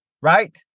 right